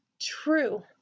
True